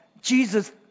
Jesus